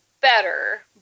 better